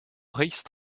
race